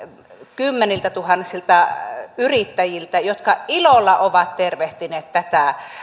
kymmeniltätuhansilta yrittäjiltä jotka ilolla ovat tervehtineet tätä